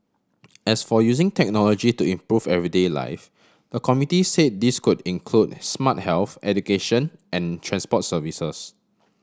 as for using technology to improve everyday life the committee say this could include smart health education and transport services